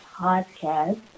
podcast